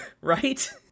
right